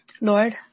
Lord